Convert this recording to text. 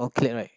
all clear right